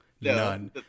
None